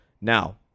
Now